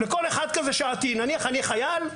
נניח אני חייל,